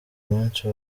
munsi